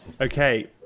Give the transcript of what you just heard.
okay